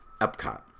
Epcot